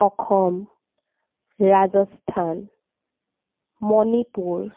Assam Rajasthan Manipur